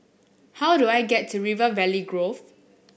how do I get to River Valley Grove